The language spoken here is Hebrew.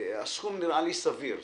הסכום נראה לי סביר.